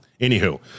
Anywho